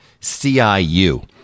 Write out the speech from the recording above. CIU